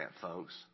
folks